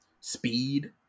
speed